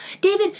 David